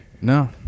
No